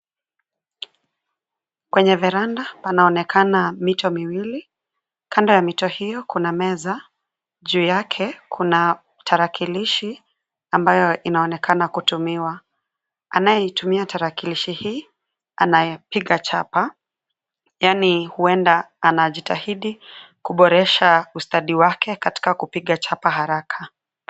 Kwenye veranda panaonekana mito miwili. Kando ya mito hiyo kuna meza, juu yake kuna tarakilishi ambayo inaonekana kutumiwa. Anayeitumia tarakilishi hii anayepiga chapa yaani huenda anajitahidi kuboresha ustadi wake katika kupiga chapa haraka.